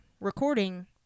recording